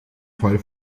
fall